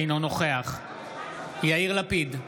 אינו נוכח יאיר לפיד,